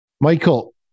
Michael